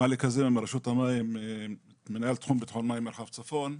אני מרשות המים, מנהל ביטחון מים מרחב צפון.